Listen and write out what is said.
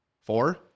Four